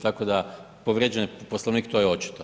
Tako da povrijeđen je poslovnik, to je očito.